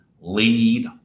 lead